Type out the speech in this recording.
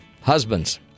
husbands